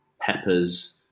peppers